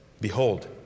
Behold